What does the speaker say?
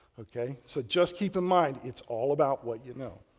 ok. so just keep in mind, it's all about what you know.